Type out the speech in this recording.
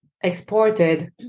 exported